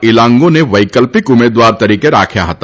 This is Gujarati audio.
ઈલાંગોને વૈકલ્પીક ઉમેદવાર તરીકે રાખ્યા હતા